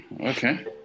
okay